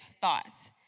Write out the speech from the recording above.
thoughts